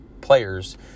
players